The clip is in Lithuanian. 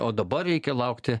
o dabar reikia laukti